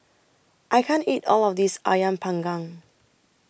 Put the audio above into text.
I can't eat All of This Ayam Panggang